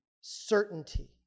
Certainty